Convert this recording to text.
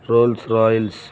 Rolls Royce